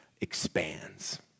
expands